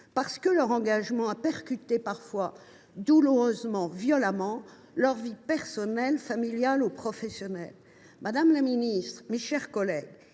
parce que leur engagement a parfois douloureusement et violemment percuté leur vie personnelle, familiale ou professionnelle. Madame la ministre, mes chers collègues,